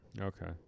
Okay